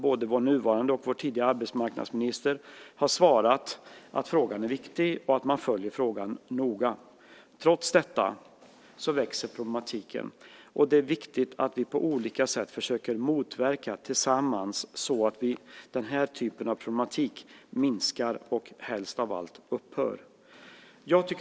Både vår nuvarande och vår tidigare arbetsmarknadsminister har svarat att frågan är viktig och att man följer den noga. Trots detta växer problemet, och därför är det viktigt att vi tillsammans på olika sätt försöker motverka problemet så att det minskar och helst av allt upphör.